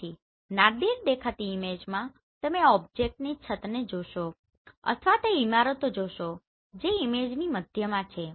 તેથી નાદિર દેખાતી ઈમેજમાં તમે ઓબ્જેક્ટની છતને જોશો અથવા તે ઇમારતો જોશો જે ઈમેજની મધ્યમાં છે